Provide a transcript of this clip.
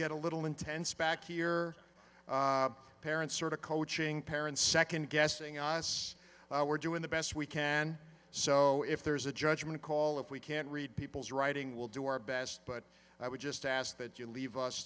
get a little intense back here parents sort of coaching parents second guessing us we're doing the best we can so if there's a judgement call if we can't read people's writing we'll do our best but i would just ask that you leave us